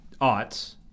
aughts